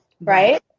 right